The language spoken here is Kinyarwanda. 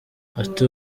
ati